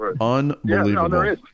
Unbelievable